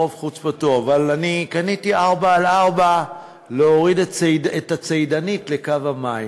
ברוב חוצפתו: אבל אני קניתי 4x4 להוריד את הצידנית לקו המים.